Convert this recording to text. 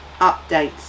updates